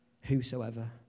Whosoever